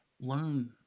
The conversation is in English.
learn